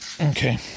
Okay